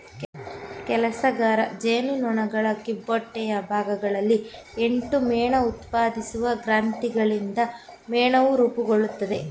ಕೆಲಸಗಾರ ಜೇನುನೊಣಗಳ ಕಿಬ್ಬೊಟ್ಟೆಯ ಭಾಗಗಳಲ್ಲಿ ಎಂಟು ಮೇಣಉತ್ಪಾದಿಸುವ ಗ್ರಂಥಿಗಳಿಂದ ಮೇಣವು ರೂಪುಗೊಳ್ತದೆ